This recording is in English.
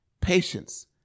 patience